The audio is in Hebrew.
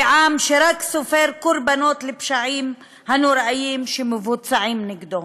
ועם שרק סופר קורבנות לפשעים הנוראיים שמבוצעים נגדו.